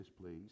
please